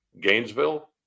Gainesville